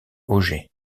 auger